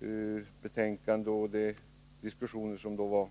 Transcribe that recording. utskottsbetänkande och sedan man förde de diskussionerna?